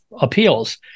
appeals